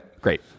Great